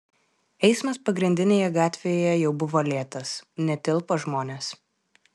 eismas pagrindinėje gatvėje jau buvo lėtas netilpo žmonės